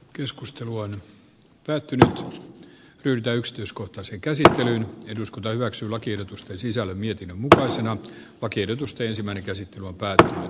keskustelu on käyty nämä löydökset usko enkä sitä näin eduskunta hyväksyy lakiehdotusten sisällön ja mutasen pakinatusti ensimmäinen käsittely olemme nähneet